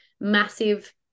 massive